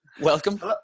welcome